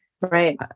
right